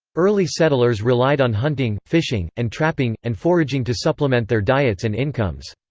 early settlers relied on hunting, fishing, and trapping, and foraging to supplement their diets and incomes.